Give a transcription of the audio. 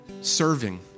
serving